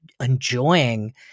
enjoying